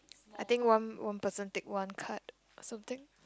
I think one one person take one card or something